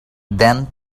than